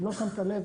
אם לא שמת לב,